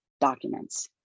documents